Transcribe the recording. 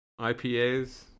IPAs